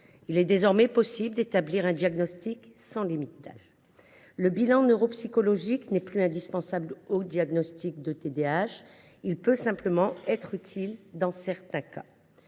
il sera maintenant possible d’établir un diagnostic sans limite d’âge. Le bilan neuropsychologique n’est par ailleurs plus indispensable au diagnostic du TDAH : il peut simplement être utile dans certains cas.